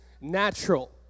natural